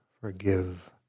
forgive